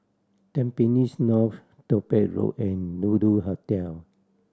Tampines North Topaz Road and Lulu Hotel